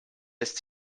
lässt